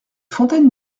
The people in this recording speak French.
fontaine